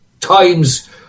Times